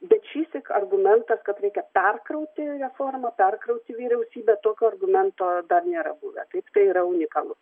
bet šįsyk argumentas kad reikia perkrauti reformą perkrauti vyriausybę tokio argumento dar nėra buvę taip tai yra unikalu